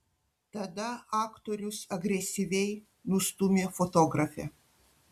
tada aktorius agresyviai nustūmė fotografę